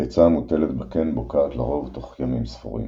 הביצה המוטלת בקן בוקעת לרוב תוך ימים ספורים.